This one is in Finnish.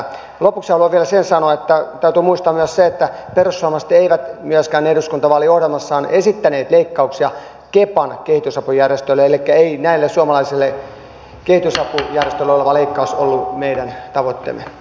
lopuksi haluan vielä sen sanoa että täytyy muistaa myös se että perussuomalaiset eivät eduskuntavaaliohjelmassaan myöskään esittäneet leikkauksia kepan kehitysapujärjestöille elikkä ei näille suomalaisille kehitysapujärjestöille oleva leikkaus ollut meidän tavoitteemme